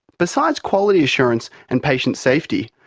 besides quality assurance and patient safety,